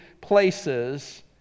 places